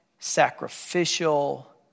sacrificial